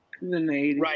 Right